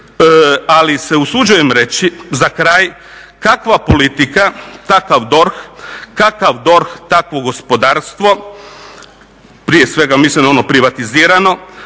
ali se usuđujem reći za kraj kakva politika takav DORH, kakav DORH takvo gospodarstvo, prije svega mislim na ono privatizirano,